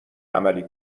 عملی